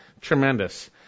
tremendous